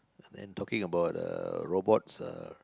and then talking about uh robots uh